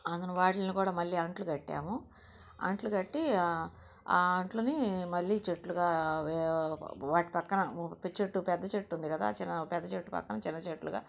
అక్కడ వాటిని కూడా మళ్ళీ అంట్లు కట్టాము అంట్లు కట్టి అంటుని మళ్ళీ చెట్లుగా వే వాటి పక్కన ఒ పెద్ద చెట్టు పెద్ద చెట్టు ఉంది కదా చిన్న పెద్ద చెట్టు పక్కన చిన్న చెట్లుగా